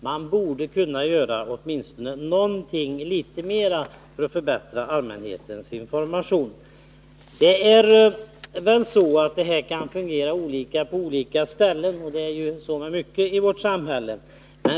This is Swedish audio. Man borde kunna göra åtminstone något mer för att förbättra informationen till allmänheten. Det här kan fungera olika på olika ställen — så är det ju med mycket i vårt samhälle.